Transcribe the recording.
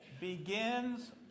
begins